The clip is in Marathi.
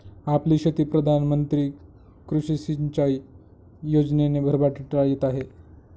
आपली शेती प्रधान मंत्री कृषी सिंचाई योजनेने भरभराटीला येत आहे